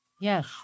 Yes